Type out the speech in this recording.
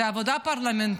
זו עבודה פרלמנטרית